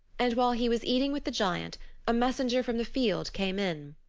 and while he was eating with the giant a messenger from the field came in.